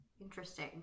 Interesting